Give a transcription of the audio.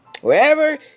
Wherever